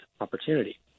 opportunity